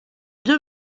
deux